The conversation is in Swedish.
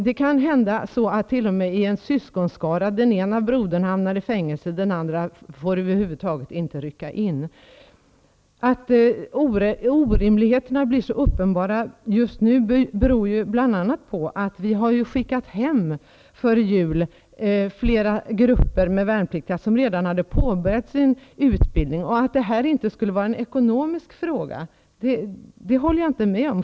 Det kan hända i en syskonskara att den ena broden hamnar i fängelse och att den andra över huvud taget inte får rycka in. Anledningen till att orimligheterna blir så uppenbara just nu är bl.a. att vi före jul skickade hem flera grupper med värnpliktiga som redan hade påbörjat sin utbildning. Att det här inte skulle vara en ekonomisk fråga håller jag inte med om.